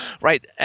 right